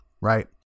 right